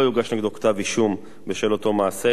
לא יוגש נגדו כתב אישום בשל אותו מעשה,